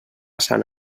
sant